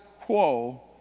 quo